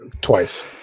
Twice